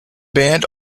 band